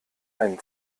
ein